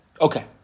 Okay